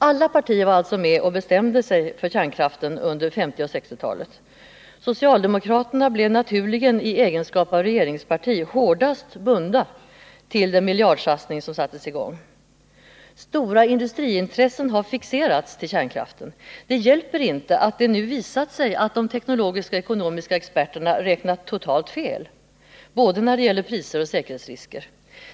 Alla partier var alltså med och bestämde sig för kärnkraften under 1950 och 1960-talen. Socialdemokraterna blev naturligen i egenskap av regeringsparti hårdast bundna till den miljardsatsning som sattes i gång. Stora industriintressen har fixerats till kärnkraften. Det hjälper inte att det nu visat sig att de teknologiska och ekonomiska experterna räknat totalt fel, både när det gäller priser och när det gäller säkerhetsrisker.